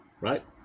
Right